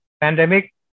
pandemic